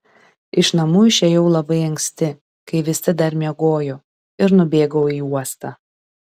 iš namų išėjau labai anksti kai visi dar miegojo ir nubėgau į uostą